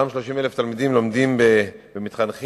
אותם 30,000 תלמידים לומדים ומתחנכים